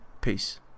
peace